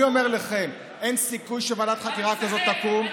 אני אומר לכם: אין סיכוי שוועדת חקירה כזאת תקום.